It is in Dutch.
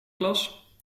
klas